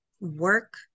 work